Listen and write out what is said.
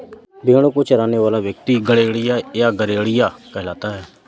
भेंड़ों को चराने वाला व्यक्ति गड़ेड़िया या गरेड़िया कहलाता है